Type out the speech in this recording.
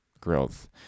growth